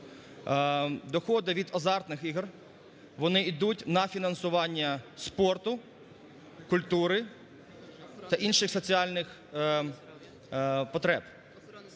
доходи від азартних ігор вони йдуть на фінансування спорту, культури та інших соціальних потреб.